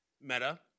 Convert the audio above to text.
Meta